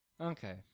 Okay